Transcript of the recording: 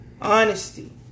Honesty